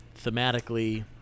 thematically